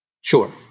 Sure